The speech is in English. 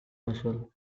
muscle